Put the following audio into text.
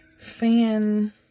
fan